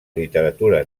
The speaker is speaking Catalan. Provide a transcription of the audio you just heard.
literatura